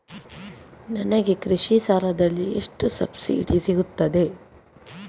ನನಗೆ ಕೃಷಿ ಸಾಲದಲ್ಲಿ ಎಷ್ಟು ಸಬ್ಸಿಡಿ ಸೀಗುತ್ತದೆ?